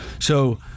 So-